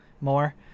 more